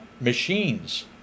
machines